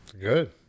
Good